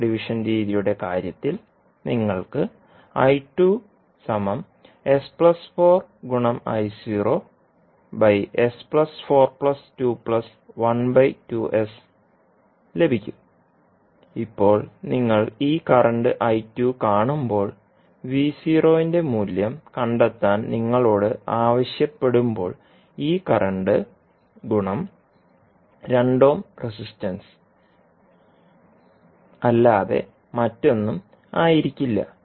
current division രീതിയുടെ കാര്യത്തിൽ നിങ്ങൾക്ക് ലഭിക്കും ഇപ്പോൾ നിങ്ങൾ ഈ കറന്റ് കാണുമ്പോൾ ന്റെ മൂല്യം കണ്ടെത്താൻ നിങ്ങളോട് ആവശ്യപ്പെടുമ്പോൾ ഈ കറന്റ് ഗുണം 2 ഓം റെസിസ്റ്റൻസ് അല്ലാതെ മറ്റൊന്നുമായിരിക്കില്ല